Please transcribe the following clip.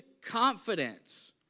confidence